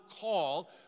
call